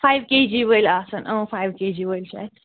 five K G وٲلۍ آسَن اۭں فایِو کے جی وٲلۍ چھِ اَسہِ